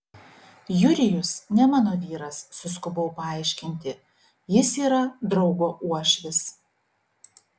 jurijus ne mano vyras suskubau paaiškinti jis yra draugo uošvis